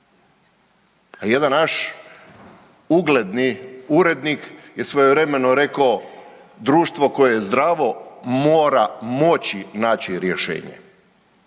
A jedan naš ugledni urednik je svojevremeno rekao, društvo koje je zdravo, mora moći naći rješenje.